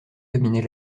dominait